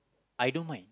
I don't mind